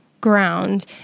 ground